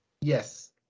Yes